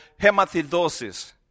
hematidosis